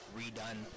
redone